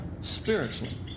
spiritually